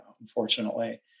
Unfortunately